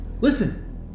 Listen